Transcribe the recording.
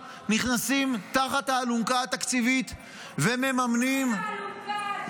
כולם נכנסים תחת האלונקה התקציבית ומממנים -- מה עם האלונקה של הצבא?